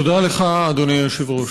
תודה לך, אדוני היושב-ראש.